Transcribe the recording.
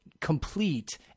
complete